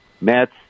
Mets